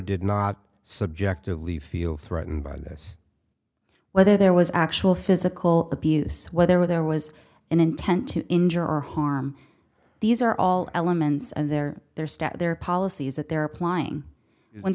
did not subjectively feel threatened by this whether there was actual physical abuse whether there was an intent to injure or harm these are all elements and their their staff their policies that they're applying it when